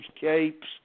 capes